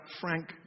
Frank